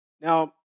Now